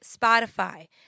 Spotify